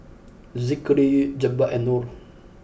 Zikri Jebat and Nor